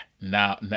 now